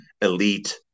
elite